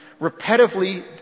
repetitively